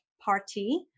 party